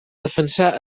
defensar